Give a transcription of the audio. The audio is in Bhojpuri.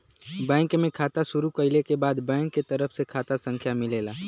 बैंक में खाता शुरू कइले क बाद बैंक के तरफ से खाता संख्या मिलेला